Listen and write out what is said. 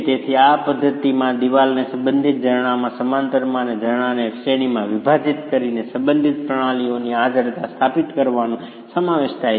તેથી આ ત્રીજી પદ્ધતિમાં દીવાલને સંબંધિત ઝરણામાં સમાંતરમાં અને ઝરણાને શ્રેણીમાં વિભાજીત કરીને સંબંધિત પ્રણાલીઓની આ જડતા સ્થાપિત કરવાનો સમાવેશ થાય છે